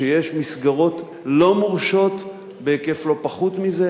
שיש מסגרות לא מורשות בהיקף לא פחוּת מזה.